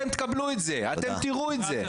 אתם תקבלו את זה, אתם תראו את זה.